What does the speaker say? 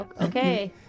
Okay